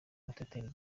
muteteri